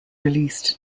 released